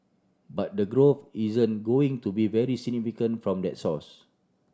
but the growth isn't going to be very significant from that source